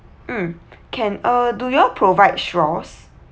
mm can uh do you all provide straws